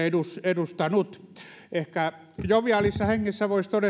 edustanut ehkä joviaalissa hengessä voisi